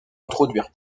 introduire